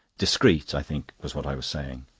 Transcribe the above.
discrete, i think, was what i was saying.